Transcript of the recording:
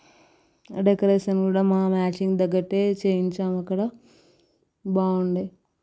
decoration కూడా మన matching తగ్గట్టే చేయించాము అక్కడ బాగుండే